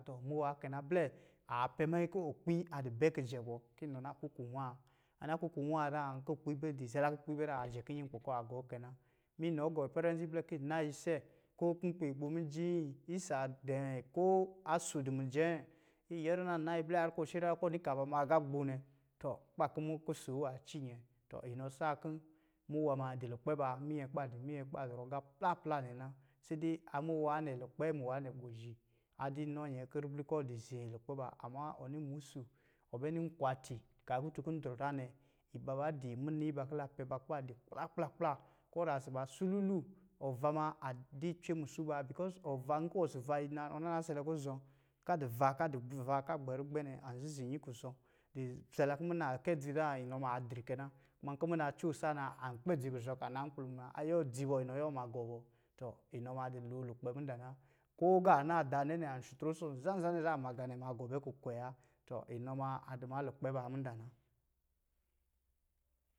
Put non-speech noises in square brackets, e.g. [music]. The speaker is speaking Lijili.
Tɔ muwa kɛ na. Blɛ a pɛ manyi kɔ̄ okpi a dɛ bɛ kijɛ bɔ, ki inɔ na kuku waa. A na kuku waa zan, kɔ okpi bɛ, di zara kɔ̄ okpi bɛ zaa a jɛ kiyi nkpi kɔ a gɔ kɛ na. Minɔ gɔ ipɛrɛ, izi blɛ ki yi di na yi ise, ko ki nkpi gbomiyii, isa dɛɛ, ko aso di mijɛn ki yi nyɛrina na yi blɛ harr kɔ shiriya ko ni kaa ba ma agā gbo nɛ, tɔ kuba kɔ̄ mu-kuso wa ci nyɛ. Tɔ inɔ sa kɔ̄ muwa ma a di lukpɛ ba minyɛ kuba di minyɛ kuba zɔrɔ agā pla pla nɛ na. sai dɛ a muwa nɛ, lukpɛ muwa, gbozhi a di nɔ nyɔ kɔ̄ ribli kɔ̄ di zee lukpɛ ba. Amma, ɔ ni musu, ɔ bɛ ni nkwati kaa kutun kɛ drɔ zaa nɛ, iba ba di muniiba ki la pɛba kuba di kplakpla, kɔ̄ ra suba sululu, ɔra maa a-adi cwe musu baa [unintelligible] nkɔ̄ wɔ si va ina ɔ nana selɛ kuzɔ̄, ka di va ka di du va ka gbɛ rugbɛn nɛ, an zizi nyi kuzɔ̄, di zala kɔ̄ muna kɛ dzi zan, inɔ ma a dri kɛ na. Kuma nkɔ muna coo saa na, an kpɛ dzi kuzɔ̄ ka naa nkpi lo muna, a yɔɔ dzi bɔ inɔ yɔɔ ma gɔ bɔ. Tɔ inɔ ma di lo lukpɛ mudaa na. Ki agā naa daanɛ nɛ, an shutroo nsɔ̄ nzanzanɛ zan an ma ga nɛ gɔ bɛ kukwe wa. Tɔ inɔ maa a di ma lukpɛ ba mudaa na.